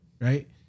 right